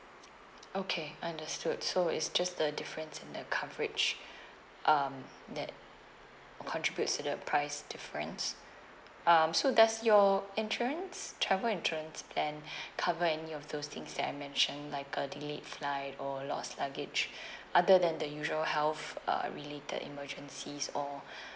okay understood so it's just the difference in the coverage um that contributes to the price difference um so does your insurance travel insurance plan cover any of those things that I mentioned like uh delayed flight or lost luggage other than the usual health uh related emergencies or